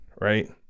right